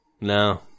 No